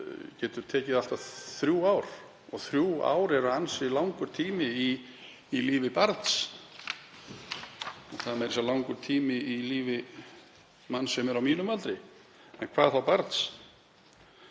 getur tekið allt að þrjú ár og þrjú ár eru ansi langur tími í lífi barns; það er langur tími í lífi manns á mínum aldri, hvað þá barns.